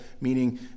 meaning